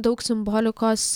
daug simbolikos